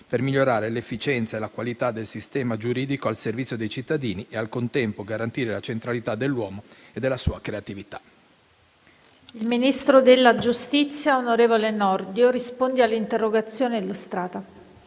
per migliorare l'efficienza e la qualità del sistema giuridico al servizio dei cittadini e, al contempo, garantire la centralità dell'uomo e della sua creatività. PRESIDENTE. Il ministro della giustizia, onorevole Nordio, ha facoltà di rispondere all'interrogazione testé illustrata,